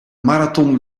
marathon